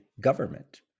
government